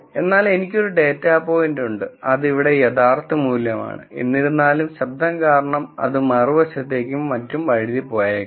അതിനാൽ എനിക്ക് ഒരു ഡാറ്റ പോയിന്റ് ഉണ്ട് അത് ഇവിടെ യഥാർത്ഥ മൂല്യമാണ് എന്നിരുന്നാലും ശബ്ദം കാരണം അത് മറുവശത്തേക്കും മറ്റും വഴുതിപ്പോയേക്കാം